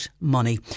money